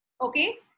Okay